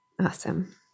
Awesome